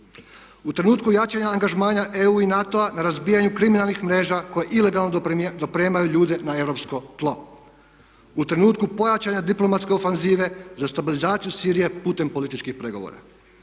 U trenutku jačanja angažmana EU i NATO-a na razbijanju kriminalnih mreža koje ilegalno dopremaju ljude na europsko tlo. U trenutku pojačane diplomatske ofanzive za stabilizaciju Sirije putem političkih pregovora.